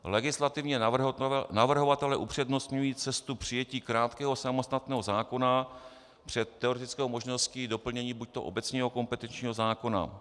Legislativně navrhovatelé upřednostňují cestu přijetí krátkého samostatného zákona před teoretickou možností doplnění buďto obecního kompetenčního zákona.